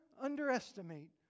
underestimate